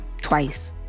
twice